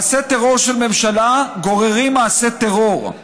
מעשי טרור של ממשלה גוררים מעשי טרור.